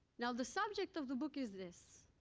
now, the subject of the book is this